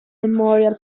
memorial